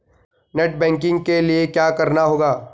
Net banking के लिए क्या करना होगा?